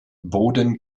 boden